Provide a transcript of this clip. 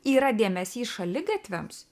yra dėmesys šaligatviams